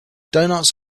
doughnuts